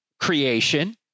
creation